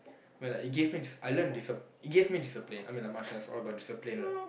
where it like it gave me dis~ I learn discip~ it gave me discipline I mean like martial arts is all about discipline right